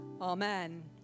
Amen